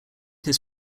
his